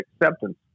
acceptance